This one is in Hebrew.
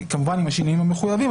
כמובן עם השינויים המחויבים,